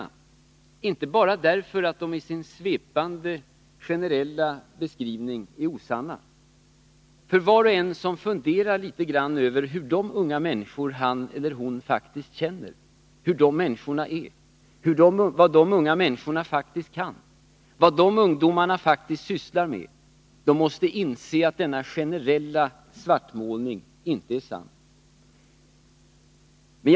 Jag gör det inte bara därför att de i sin svepande och generella utformning är osanna — var och en som funderar över hur de unga människor som han eller hon känner faktiskt är, vad de faktiskt kan och vad de faktiskt sysslar med måste inse att denna generella svartmålning inte är sann.